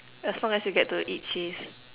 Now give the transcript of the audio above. as long as you get to eat cheese